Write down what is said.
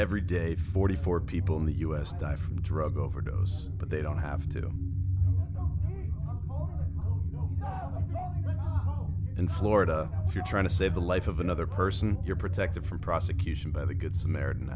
every day forty four people in the u s die from drug overdose but they don't have to in florida if you're trying to save the life of another person you're protected from prosecution by the good samaritan